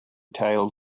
tale